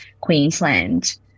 Queensland